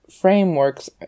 frameworks